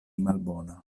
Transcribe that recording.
malbona